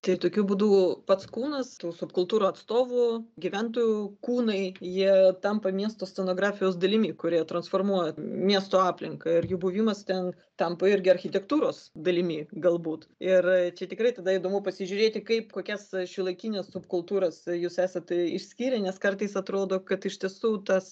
tai tokiu būdų pats kūnas tų subkultūrų atstovų gyventojų kūnai jie tampa miesto scenografijos dalimi kuri transformuoti miesto aplinką ir jų buvimas ten tampa irgi architektūros dalimi galbūt ir čia tikrai tada įdomu pasižiūrėti kaip kokias šiuolaikines subkultūras jūs esat išskyrę nes kartais atrodo kad iš tiesų tas